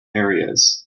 areas